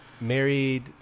married